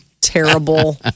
terrible